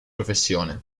professione